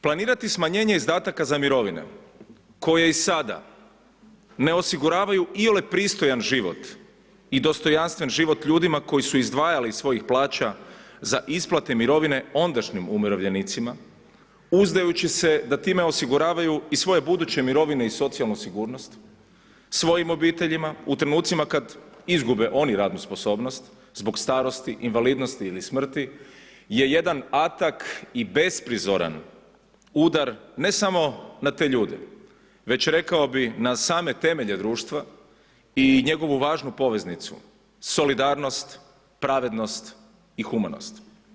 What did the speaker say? Planirati smanjenje izdataka za mirovine koje i sada ne osiguravaju iole pristojan život i dostojanstven život ljudima koji su izdvajali iz svojih plaća za isplate mirovine ondašnjim umirovljenicima uzdajući se da time osiguravaju i svoje buduće mirovine i socijalnu sigurnost svojim obiteljima u trenucima kada izgube oni radnu sposobnost zbog starosti, invalidnosti ili smrti je jedan atak i besprizoran udar ne samo na te ljude, već rekao bih na same temelje društva i njegovu važnu poveznicu solidarnost, pravednost i humanost.